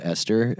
Esther